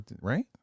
right